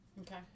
okay